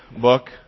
book